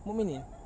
mukminin